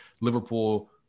Liverpool